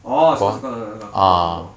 orh 这个这个看过看过